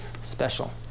special